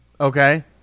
Okay